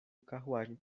carruagem